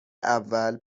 اول